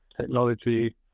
technology